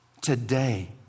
today